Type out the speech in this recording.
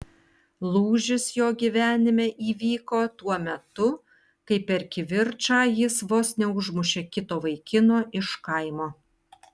lūžis jo gyvenime įvyko tuo metu kai per kivirčą jis vos neužmušė kito vaikino iš kaimo